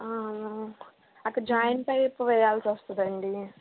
అక్కడ జాయింట్ అయి పొయ్యాల్సి వస్తుందండి